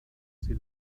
sie